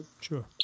Sure